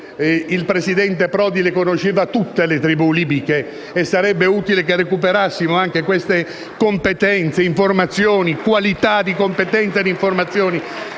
il presidente Prodi conosceva tutte le tribù libiche e sarebbe utile che recuperassimo anche la qualità di tutte quelle competenze e informazioni.